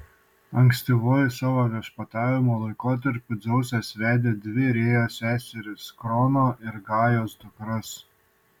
ankstyvuoju savo viešpatavimo laikotarpiu dzeusas vedė dvi rėjos seseris krono ir gajos dukras